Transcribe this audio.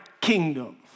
kingdom